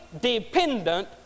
dependent